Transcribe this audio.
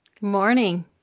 morning